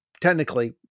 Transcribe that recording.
technically